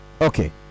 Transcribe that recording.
Okay